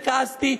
וכעסתי,